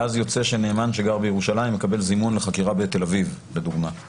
ואז יוצא שנאמן שגר בירושלים מקבל זימון לחקירה בתל אביב לדוגמה.